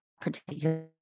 particular